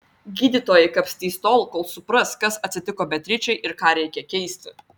gydytojai kapstys tol kol supras kas atsitiko beatričei ir ką reikia keisti